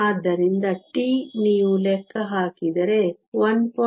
ಆದ್ದರಿಂದ τ ನೀವು ಲೆಕ್ಕ ಹಾಕಿದರೆ 1